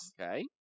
Okay